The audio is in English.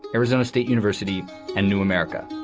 arizona state university and new america.